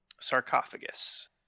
sarcophagus